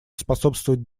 способствовать